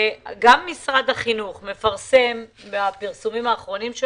גם משרד החינוך מפרסם בפרסומים אחרונים,